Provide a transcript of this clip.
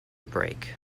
break